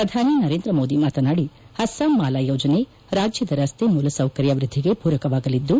ಪ್ರಧಾನಮಂತ್ರಿ ನರೇಂದ್ರಮೋದಿ ಮಾತನಾಡಿ ಅಸ್ಲಾಂಮಾಲಾ ಯೋಜನೆ ರಾಜ್ಯದ ರಸ್ತೆ ಮೂಲಸೌಕರ್ಯ ವೃದ್ದಿಗೆ ಪೂರಕವಾಗಲಿದ್ದು